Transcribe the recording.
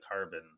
carbon